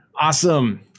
Awesome